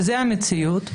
זו המציאות.